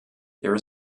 there